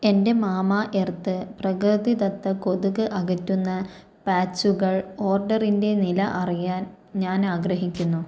എന്റെ മാമഎർത്ത് പ്രകൃതിദത്ത കൊതുക് അകറ്റുന്ന പാച്ചുകൾ ഓർഡറിന്റെ നില അറിയാൻ ഞാൻ ആഗ്രഹിക്കുന്നു